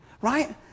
right